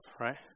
right